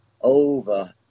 over